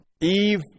Eve